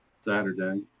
Saturday